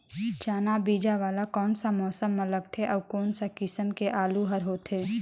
चाना बीजा वाला कोन सा मौसम म लगथे अउ कोन सा किसम के आलू हर होथे?